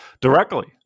directly